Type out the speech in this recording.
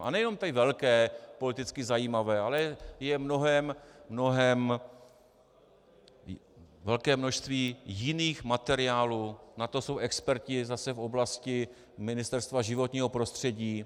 A nejenom ty velké, politicky zajímavé, ale je velké množství jiných materiálů, na to jsou experti zase v oblasti Ministerstva životního prostředí.